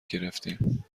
گرفتیم